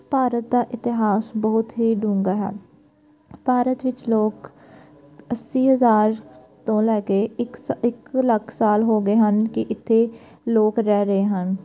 ਭਾਰਤ ਦਾ ਇਤਿਹਾਸ ਬਹੁਤ ਹੀ ਡੂੰਘਾ ਹੈ ਭਾਰਤ ਵਿੱਚ ਲੋਕ ਅੱਸੀ ਹਜ਼ਾਰ ਤੋਂ ਲੈ ਕੇ ਇੱਕ ਸਾਲ ਇੱਕ ਲੱਖ ਸਾਲ ਹੋ ਗਏ ਹਨ ਕਿ ਇੱਥੇ ਲੋਕ ਰਹਿ ਰਹੇ ਹਨ